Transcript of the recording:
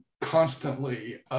constantly